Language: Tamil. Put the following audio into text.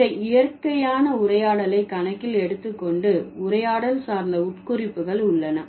இந்த இயற்கையான உரையாடலை கணக்கில் எடுத்து கொண்டு உரையாடல் சார்ந்த உட்குறிப்புக்கள் உள்ளன